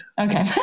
Okay